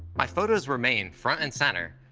my photos remain front and center,